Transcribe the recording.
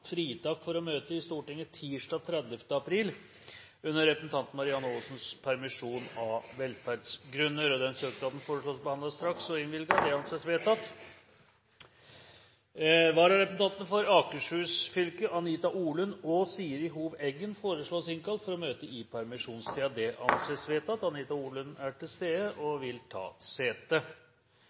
fritak for å møte i Stortinget tirsdag 30. april under representanten Marianne Aasens permisjon, av velferdsgrunner. Denne søknaden foreslås behandlet straks og innvilget. – Det anses vedtatt. Vararepresentantene for Akershus fylke, Anita Orlund og Siri Hov Eggen foreslås innkalt for å møte i permisjonstiden. – Det anses vedtatt. Anita Orlund er til stede og vil ta sete.